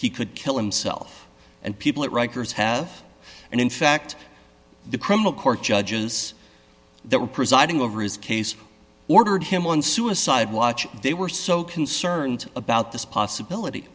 he could kill himself and people at rikers have and in fact the criminal court judges that were presiding over his case ordered him on suicide watch they were so concerned about this possibility